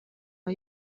uwa